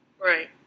Right